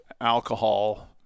alcohol